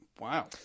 wow